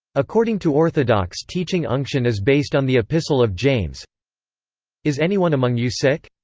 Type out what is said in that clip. according to orthodox teaching unction is based on the epistle of james is anyone among you sick?